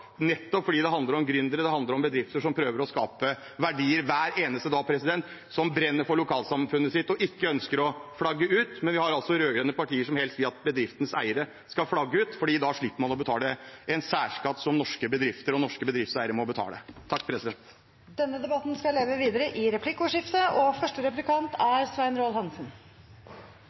nettopp fordi det handler om gründere og bedrifter som prøver å skape verdier hver eneste dag, som brenner for lokalsamfunnet sitt og ikke ønsker å flagge ut. Men vi har rød-grønne partier som helst vil at bedriftens eiere skal flagge ut, for da slipper man å betale en særskatt som norske bedrifter og norske bedriftseiere må betale. Denne debatten skal leve videre i